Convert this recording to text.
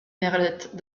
merlette